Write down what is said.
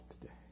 today